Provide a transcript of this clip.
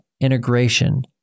integration